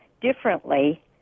differently